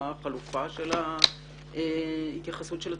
מה החלופה של ההתייחסות של הציבור.